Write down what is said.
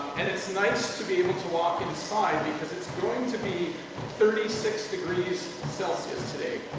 and it's nice to be able to ah talk inside, because it's going to be thirty six degrees celsius today.